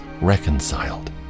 reconciled